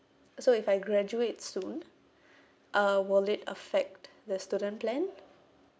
so if I graduate soon uh will it affect the student plan